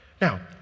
Now